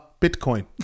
Bitcoin